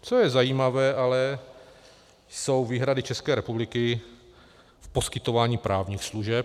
Co je zajímavé ale, jsou výhrady České republiky k poskytování právních služeb.